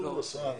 אנדרי